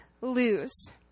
lose